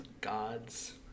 gods